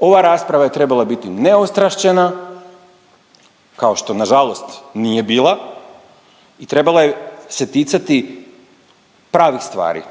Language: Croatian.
Ova rasprava je trebala biti neostrašćena kao što nažalost nije bila i trebala je se ticati pravih stvari.